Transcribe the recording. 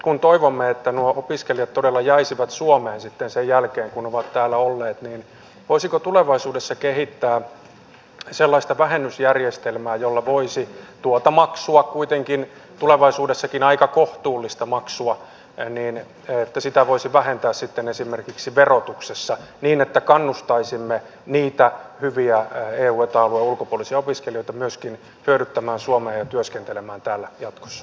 kun toivoimme että nuo opiskelijat todella jäisivät suomeen sitten sen jälkeen kun he ovat täällä olleet voisiko tulevaisuudessa kehittää sellaista vähennysjärjestelmää jolla voisi tuota maksua kuitenkin tulevaisuudessakin aika kohtuullista maksua ei niin että sitä voisi vähentää sitten esimerkiksi verotuksessa niin että myöskin kannustaisimme niitä hyviä eu ja eta alueiden ulkopuolisia opiskelijoita hyödyttämään suomea ja työskentelemään täällä jatkossa